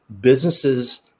businesses